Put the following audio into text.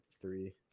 three